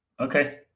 Okay